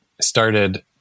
started